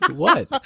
what?